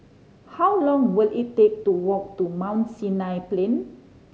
how long will it take to walk to Mount Sinai Plain